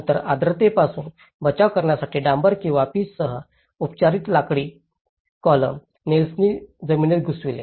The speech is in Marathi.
नंतर आर्द्रतेपासून बचाव करण्यासाठी डांबर किंवा पिचसह उपचारित लाकडी कॉलम नेल्सनी जमिनीत घुसले